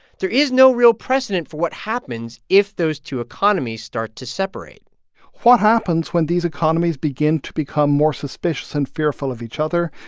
there is no real precedent for what happens if those two economies start to separate what happens when these economies begin to become more suspicious and fearful of each other?